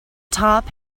top